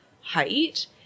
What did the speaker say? height